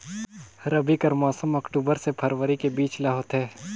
रबी कर मौसम अक्टूबर से फरवरी के बीच ल होथे